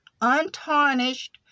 untarnished